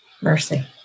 mercy